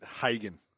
Hagen